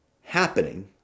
happening